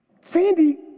Sandy